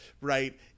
right